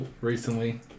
recently